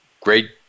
great